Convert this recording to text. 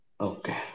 Okay